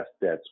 debts